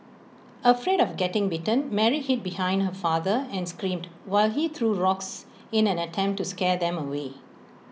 afraid of getting bitten Mary hid behind her father and screamed while he threw rocks in an attempt to scare them away